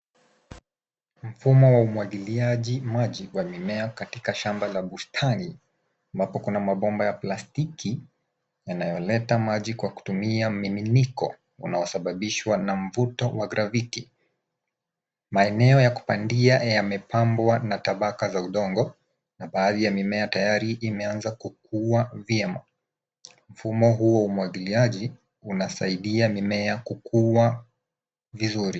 Mfumo wa umwagiliaji maji wa mimea katika shamba la bustani ambapo kuna mabomba ya plastiki yanayoleta maji kwa kutumia miminiko unaosababishwa na mvuto wa gravity . Maeneo ya kupandia yamepambwa na tabaka za udongo na baadhi ya mimea tayari imeanza kukua vyema. Mfumo huu wa umwagiliaji unasaidia mimea kukua vizuri.